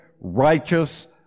righteous